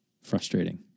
frustrating